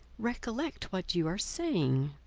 recollect what you are saying.